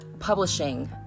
publishing